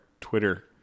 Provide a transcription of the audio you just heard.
Twitter